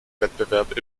wettbewerb